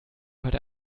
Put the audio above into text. heute